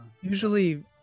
Usually